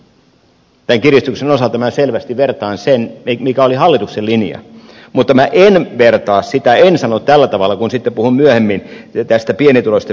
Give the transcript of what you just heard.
tämän kiristyksen osalta minä selvästi vertaan sitä mikä oli hallituksen linja mutta minä en vertaa sitä en sano tällä tavalla kun sitten puhun myöhemmin pienituloisten verotuksesta